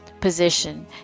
position